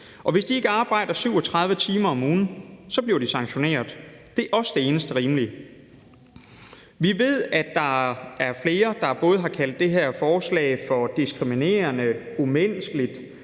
Hvis de ikke arbejder 37 timer om ugen, bliver de sanktioneret. Det er også det eneste rimelige. Vi ved, at der er flere, der har kaldt det her forslag for diskriminerende og umenneskeligt.